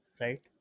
right